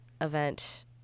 event